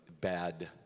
bad